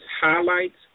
highlights